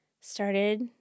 started